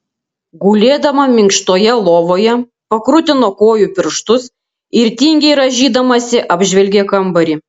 gulėdama minkštoje lovoje pakrutino kojų pirštus ir tingiai rąžydamasi apžvelgė kambarį